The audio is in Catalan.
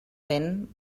vent